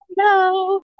Hello